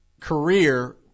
career